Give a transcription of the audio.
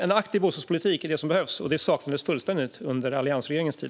En aktiv bostadspolitik är alltså det som behövs, och det saknades fullständigt under alliansregeringens tid.